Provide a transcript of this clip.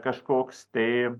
kažkoks tai